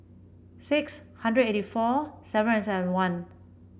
six hundred eighty four seven and seven one